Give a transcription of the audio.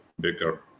bigger